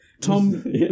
Tom